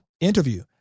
interview